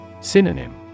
Synonym